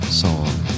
song